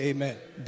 Amen